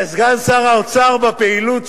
סגן שר האוצר, בפעילות שלו,